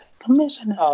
Commissioner